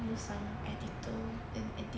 use some editor then edit the